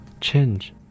Change